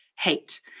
hate